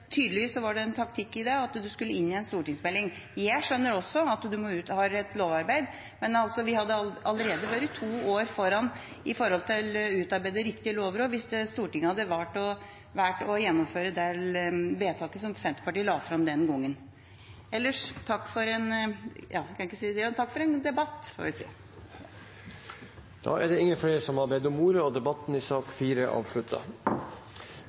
tydeligvis en taktikk i det at det skulle inn i en stortingsmelding. Jeg skjønner også at det må til et lovarbeid, men vi hadde allerede vært to år foran når det gjelder å utarbeide riktige lover, hvis Stortinget hadde valgt å gjennomføre det forslaget til vedtak som Senterpartiet la fram den gangen. Ellers takk for debatten. Flere har ikke bedt om ordet til sak nr. 4. Etter ønske fra kirke-, utdannings- og